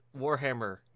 warhammer